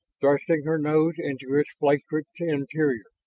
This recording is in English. thrusting her nose into its flaccid interior.